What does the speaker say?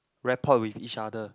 rapport with each other